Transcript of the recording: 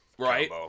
Right